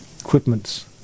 equipments